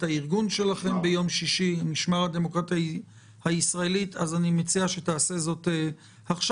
הארגון שלכם אז אני מציע שתעשה זאת עכשיו.